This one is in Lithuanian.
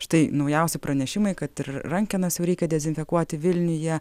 štai naujausi pranešimai kad ir rankenas jau reikia dezinfekuoti vilniuje